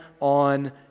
on